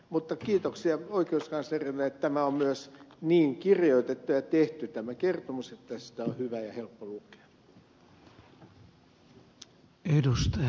mutta kiitoksia oikeuskanslerille että tämä kysymys on myös niin kirjoitettu ja tehty että sitä on hyvä ja helppo lukea